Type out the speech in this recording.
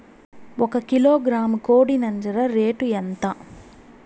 ఒక కిలోగ్రాము కోడి నంజర రేటు ఎంత?